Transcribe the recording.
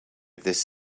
this